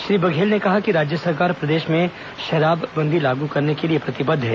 श्री बघेल ने कहा कि राज्य सरकार प्रदेश में शराब बंदी लागू करने के लिए प्रतिबद्व है